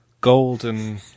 golden